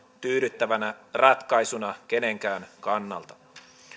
tyydyttävänä ratkaisuna kenenkään kannalta